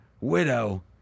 widow